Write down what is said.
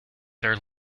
their